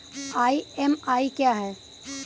EMI क्या है?